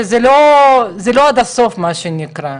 שזה לא עד הסוף מה שנקרא,